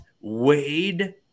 Wade